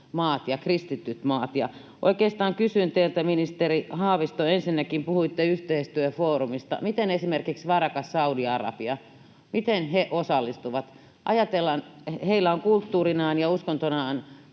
maat ja kristityt maat. Oikeastaan kysyn teiltä, ministeri Haavisto, kun ensinnäkin puhuitte yhteistyöfoorumista: miten esimerkiksi varakas Saudi-Arabia osallistuu? Kun ajatellaan, heillä on kulttuurinaan ja uskontonaan